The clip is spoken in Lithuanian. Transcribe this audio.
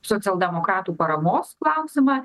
socialdemokratų paramos klausimą